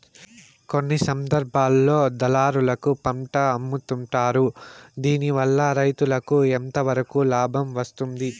కొన్ని సందర్భాల్లో దళారులకు పంటలు అమ్ముతుంటారు దీనివల్ల రైతుకు ఎంతవరకు లాభం వస్తుంది?